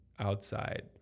outside